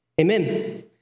Amen